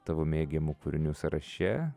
tavo mėgiamų kūrinių sąraše